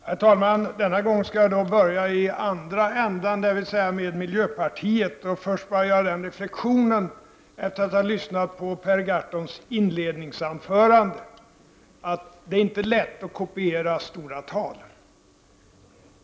Herr talman! Denna gång skall jag börja i andra ändan, dvs. med miljöpartiet. Låt mig först göra den reflexionen efter att ha lyssnat på Per Gahrtons inledningsanförande att det inte är lätt att kopiera stora tal.